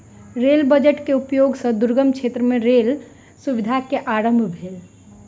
rail budget के उपयोग सॅ दुर्गम क्षेत्र मे रेल सुविधा के आरम्भ भेल